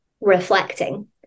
reflecting